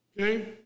Okay